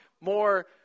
more